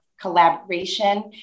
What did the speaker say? collaboration